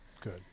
Good